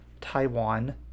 Taiwan